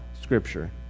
scripture